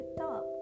top